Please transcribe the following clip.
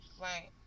Right